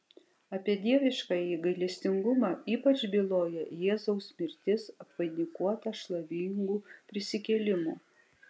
apie dieviškąjį gailestingumą ypač byloja jėzaus mirtis apvainikuota šlovingu prisikėlimu